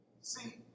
See